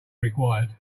required